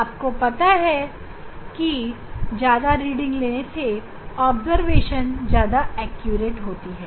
आपको पता होगा कि ज्यादा रीडिंग लेने से अवलोकन ज्यादा सटीक होती है